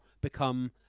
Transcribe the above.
become